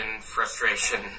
frustration